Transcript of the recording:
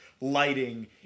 lighting